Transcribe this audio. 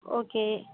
okay